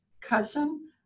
cousin